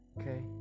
Okay